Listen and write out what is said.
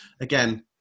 again